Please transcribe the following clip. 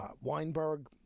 Weinberg